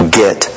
get